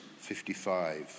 55